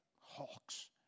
hawks